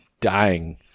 dying